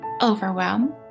overwhelm